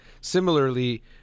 similarly